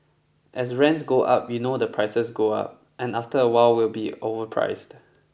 as rents go up you know the prices go up and after a while we'll be overpriced